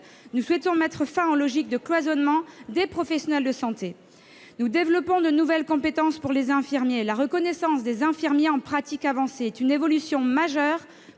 nous souhaitons mettre fin aux logiques de cloisonnement des professionnels de santé. Nous développons de nouvelles compétences pour les infirmiers. La reconnaissance des infirmiers en pratique avancée est une évolution majeure